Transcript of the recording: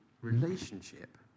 relationship